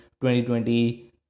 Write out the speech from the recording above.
2020